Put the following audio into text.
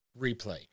replay